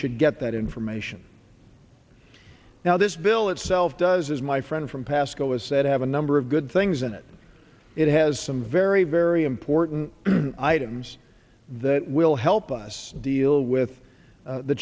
should get that information now this bill itself does as my friend from pascoe has said have a number of good things in it it has some very very important items that will help us deal with